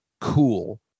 cool